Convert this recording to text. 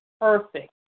perfect